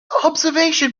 observation